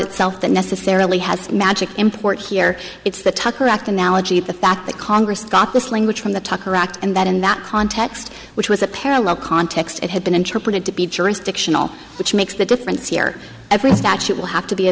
itself that necessarily has magic import here it's the tucker act analogy the fact that congress got this language from the tucker act and that in that context which was a parallel context it had been interpreted to be jurisdictional which makes the difference here every statute will have to be